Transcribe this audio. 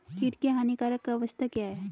कीट की हानिकारक अवस्था क्या है?